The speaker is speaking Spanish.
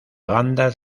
bandas